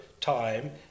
time